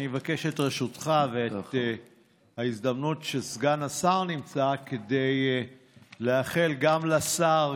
אני אבקש את רשותך ואת ההזדמנות שסגן השר נמצא כדי לאחל הצלחה גם לשר,